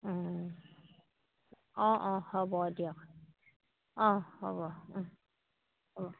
অঁ অঁ হ'ব দিয়ক অঁ হ'ব হ'ব হ'ব